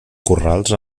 corrals